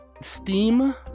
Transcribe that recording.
Steam